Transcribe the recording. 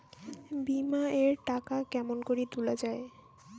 বিমা এর টাকা কেমন করি তুলা য়ায়?